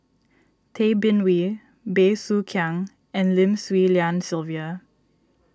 Tay Bin Wee Bey Soo Khiang and Lim Swee Lian Sylvia